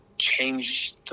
change